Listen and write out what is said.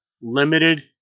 limited